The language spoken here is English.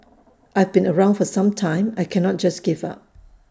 I've been around for some time I cannot just give up